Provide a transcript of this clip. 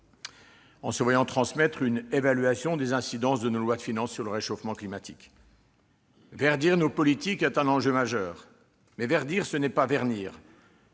désormais une évaluation des incidences de nos lois de finances sur le réchauffement climatique. Verdir nos politiques est un enjeu majeur. Mais verdir, ce n'est pas vernir,